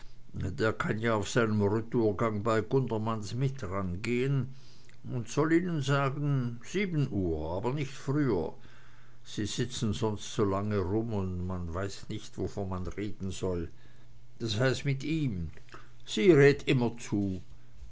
der kann ja auf seinem retourgang bei gundermanns mit rangehen und soll ihnen sagen sieben uhr aber nicht früher sie sitzen sonst so lange rum und man weiß nicht wovon man reden soll das heißt mit ihm sie redt immerzu